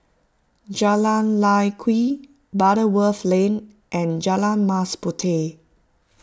Jalan Lye Kwee Butterworth Lane and Jalan Mas Puteh